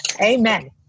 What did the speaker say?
Amen